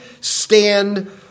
stand